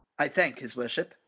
i thank his worship.